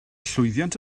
llwyddiant